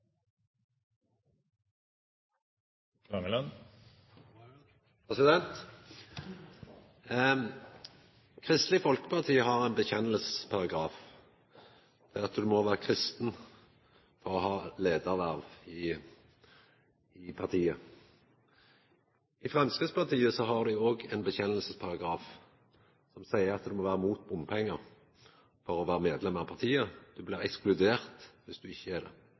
ha. Kristeleg Folkeparti har ein vedkjenningsparagraf, at du må vera kristen for å ha leiarverv i partiet. I Framstegspartiet har dei òg ein vedkjenningsparagraf. Han seier at du må vera imot bompengar for å vera medlem av partiet. Du blir ekskludert dersom du ikkje er det.